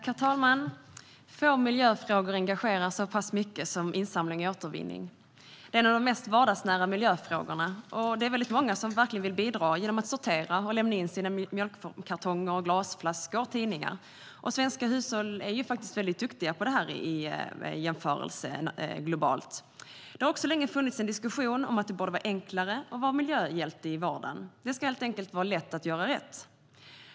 Herr talman! Få miljöfrågor engagerar så mycket som insamling och återvinning. Det är en av de mest vardagsnära miljöfrågorna, och det är många som verkligen vill bidra genom att sortera och lämna in sina mjölkkartonger, glasflaskor och tidningar. Svenska hushåll är faktiskt väldigt duktiga på det här i en global jämförelse. Det har också länge funnits en diskussion om att det borde vara enklare att vara en miljöhjälte i vardagen. Det ska helt enkelt vara lätt att göra rätt.